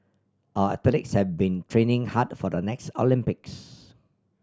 our athletes have been training hard for the next Olympics